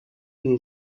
nos